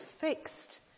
fixed